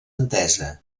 entesa